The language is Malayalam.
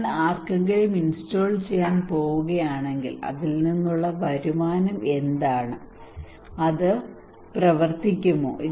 ഞാൻ ആർക്കെങ്കിലും ഇൻസ്റ്റാൾ ചെയ്യാൻ പോകുകയാണെങ്കിൽ അതിൽ നിന്നുള്ള വരുമാനം എന്താണ് അത് പ്രവർത്തിക്കുമോ